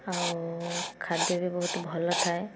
ଆଉ ଖାଦ୍ୟ ବି ବହୁତ ଭଲ ଥାଏ